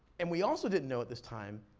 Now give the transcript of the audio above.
and we also didn't know at this time,